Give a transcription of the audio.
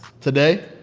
Today